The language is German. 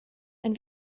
ein